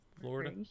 Florida